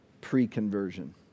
pre-conversion